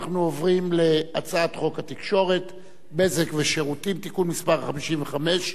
אנחנו עוברים להצעת חוק התקשורת (בזק ושידורים) (תיקון מס' 55),